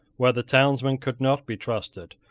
where the townsmen could not be trusted,